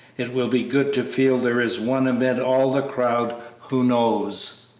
it will be good to feel there is one amid all the crowd who knows.